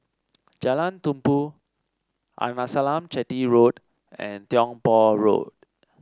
Jalan Tumpu Arnasalam Chetty Road and Tiong Poh Road